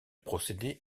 procédé